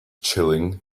chilling